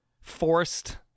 forced